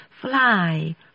fly